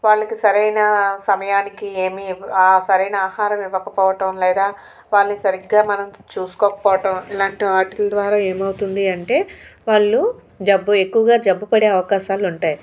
వాళ్లకి సరైన సమయానికి ఏమీ ఆ సరైన ఆహారం ఇవ్వకపోవటం లేదా వాళ్ళని సరిగ్గా మనం చూసుకోక పోవటం ఇలాంటి వాటిల ద్వారా ఏమవుతుంది అంటే వాళ్ళు జబ్బు ఎక్కువగా జబ్బు పడే అవకాశాలు ఉంటాయి